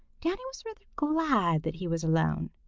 danny was rather glad that he was alone.